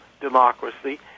democracy